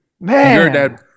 Man